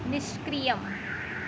निष्क्रियम्